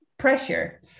Pressure